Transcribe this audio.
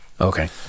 okay